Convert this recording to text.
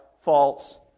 false